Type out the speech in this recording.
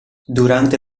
durante